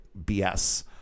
BS